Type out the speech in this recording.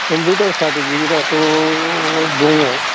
computer certificate आथ' दङ